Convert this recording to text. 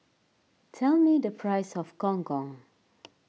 tell me the price of Gong Gong